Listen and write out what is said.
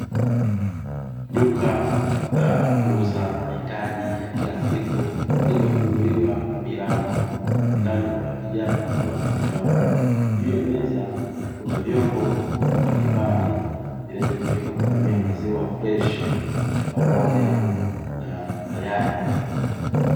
Duka la kuuza mahitaji ya kila siku limefunguliwa milango ndani kukiwa na kijana akiwa amesimama, juu ya meza kuna vyombo mbalimbali vinavyotumika kwa ajili ya kupimia maziwa freshi pamoja na mayai.